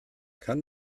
kann